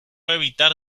evitar